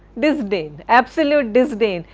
disdain absolute disdain.